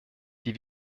die